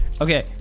okay